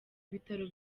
bitaro